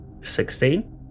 Sixteen